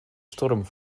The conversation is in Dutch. storm